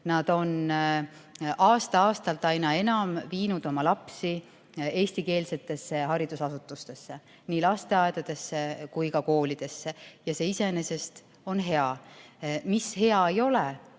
nad on aasta-aastalt aina enam viinud oma lapsi eestikeelsetesse haridusasutustesse, nii lasteaedadesse kui ka koolidesse, ja see iseenesest on hea. Mis hea ei ole,